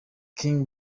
king